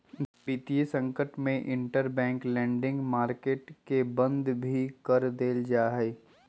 वितीय संकट में इंटरबैंक लेंडिंग मार्केट के बंद भी कर देयल जा हई